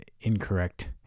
incorrect